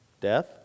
death